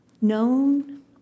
known